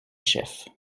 chef